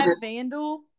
vandal